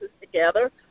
together